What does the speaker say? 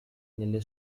nelle